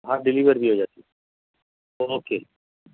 ہاں ڈلیور بھی ہو جاتی او کے